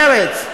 מרצ,